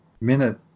minute